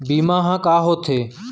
बीमा ह का होथे?